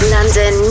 London